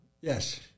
yes